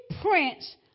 prince